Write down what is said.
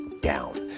down